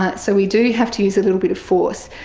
ah so we do have to use a little bit of force.